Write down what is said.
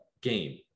game